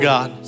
God